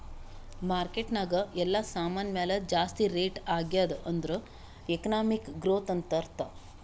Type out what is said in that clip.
market ನಾಗ್ ಎಲ್ಲಾ ಸಾಮಾನ್ ಮ್ಯಾಲ ಜಾಸ್ತಿ ರೇಟ್ ಆಗ್ಯಾದ್ ಅಂದುರ್ ಎಕನಾಮಿಕ್ ಗ್ರೋಥ್ ಅಂತ್ ಅರ್ಥಾ